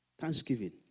Thanksgiving